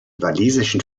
walisischen